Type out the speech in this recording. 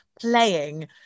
playing